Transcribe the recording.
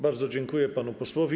Bardzo dziękuję panu posłowi.